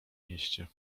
mieście